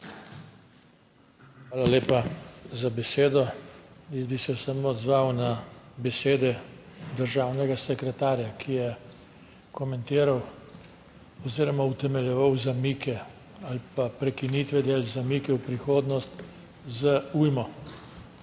Hvala lepa za besedo! Jaz bi se samo odzval na besede državnega sekretarja, ki je komentiral oziroma utemeljeval zamike ali pa prekinitve del, zamike v prihodnost z ujmo.